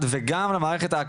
אילן לדעתי,